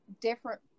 different